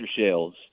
shells